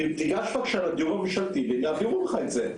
"תיגש בבקשה לדיור הממשלתי והם יעבירו לך את זה.